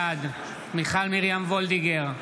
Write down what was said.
בעד מיכל מרים וולדיגר,